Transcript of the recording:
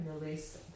release